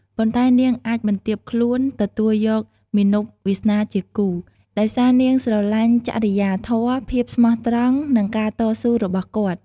ប៉ុន្ដែនាងអាចបន្ទាបខ្លួនទទួលយកមាណពវាសនាជាគូ ដោយសារនាងស្រឡាញ់ចរិយាធម៌ ភាពស្មោះត្រង់ និងការតស៊ូរបស់គាត់។